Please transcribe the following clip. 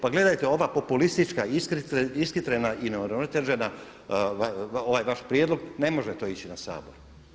Pa gledajte ova populistička ishitrena i neuravnotežena, ovaj vaš prijedlog ne može to ići na Sabor.